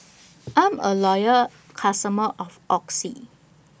I'm A Loyal customer of Oxy